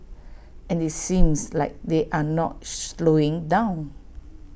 and IT seems like they're not slowing down